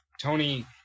Tony